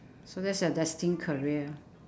so that's your destined career